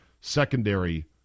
secondary